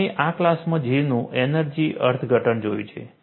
આપણે આ ક્લાસમાં J નું એનર્જી અર્થઘટન જોયું છે